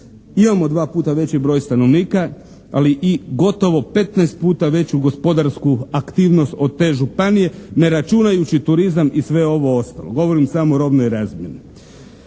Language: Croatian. Imamo dva puta veći broj stanovnika, ali i gotovo 15 puta veću gospodarsku aktivnost od te županije ne računajući turizam i sve ovo ostalo. Govorim samo o robnoj razmjeni.